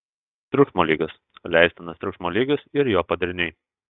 triukšmo lygis leistinas triukšmo lygis ir jo padariniai